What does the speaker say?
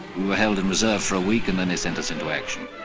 we were held in reserve for a week and then they sent us into action.